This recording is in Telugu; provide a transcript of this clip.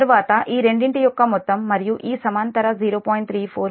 తరువాత ఈ రెండింటి యొక్క మొత్తం మరియు ఈ సమాంతర 0